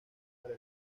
para